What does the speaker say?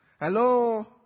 hello